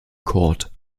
court